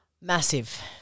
Massive